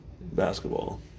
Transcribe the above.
Basketball